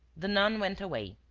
the nun went away.